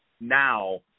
now